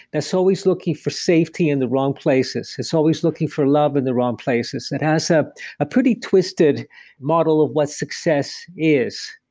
that's always looking for safety in the wrong places. it's always looking for love in the wrong places. it has a ah pretty twisted model of what success is.